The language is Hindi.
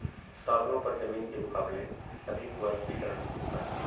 सागरों पर जमीन के मुकाबले अधिक वाष्पीकरण होता है